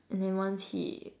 and then once he